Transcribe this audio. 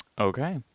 Okay